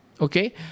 okay